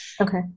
Okay